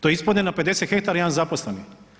To ispadne na 50 hektara jedan zaposleni.